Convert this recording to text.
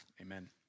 Amen